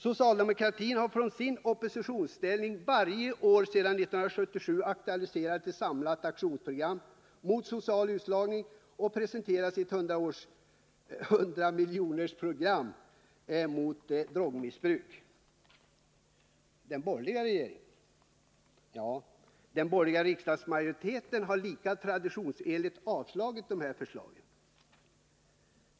Socialdemokratin har utifrån sin ställning som oppositionsparti varje år sedan 1977 aktualiserat ett samlat aktionsprogram som syftar till åtgärder mot social utslagning, och man har presenterat ett 100-miljonersprogram beträffande drogmissbruket. Den borgerliga riksdagsmajoriteten har lika traditionsenligt avslagit dessa förslag.